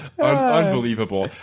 Unbelievable